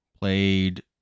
played